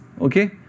okay